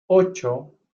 ocho